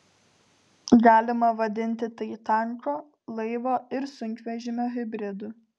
galima vadinti tai tanko laivo ir sunkvežimio hibridu